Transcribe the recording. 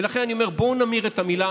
ולכן אני אומר, בואו נמיר את המילה